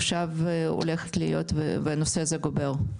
עכשיו הולכת להיות בנושא הזה טיפול.